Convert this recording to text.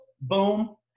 boom